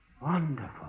Wonderful